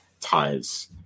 ties